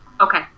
Okay